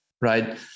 Right